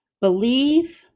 Believe